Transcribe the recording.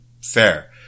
Fair